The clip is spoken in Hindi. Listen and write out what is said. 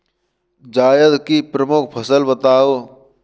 जायद की प्रमुख फसल बताओ